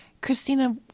Christina